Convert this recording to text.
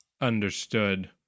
Understood